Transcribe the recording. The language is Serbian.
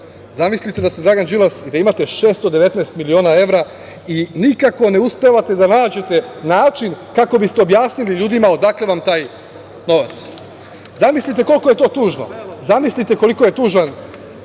afere. Zamislite da ste Dragan Đilas i da imate 619 miliona evra i nikako ne uspevate da nađete način kako biste objasnili ljudima odakle vam taj novac. Zamislite koliko je to tužno. Zamislite koliko je tužan